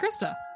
Krista